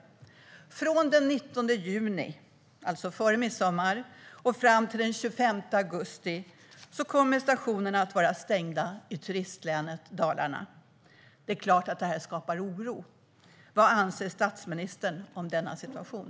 Från den 19 juni, alltså före midsommar, till den 25 augusti kommer stationerna att vara stängda i turistlänet Dalarna. Det är klart att det här skapar oro. Vad anser statsministern om denna situation?